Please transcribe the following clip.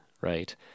right